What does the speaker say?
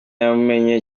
yamumenye